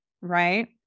right